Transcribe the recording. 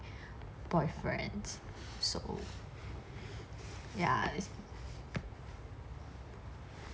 boyfriends so ya